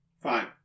Fine